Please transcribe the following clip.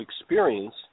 experience